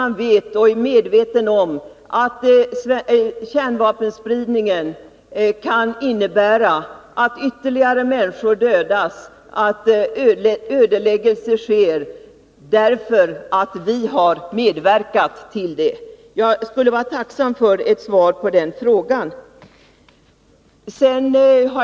Man gör detta i medvetande om att kärnvapenspridningen kan innebära att ytterligare människor dödas och områden ödeläggs på grund av vår medverkan. Jag vore tacksam för ett svar på min fråga.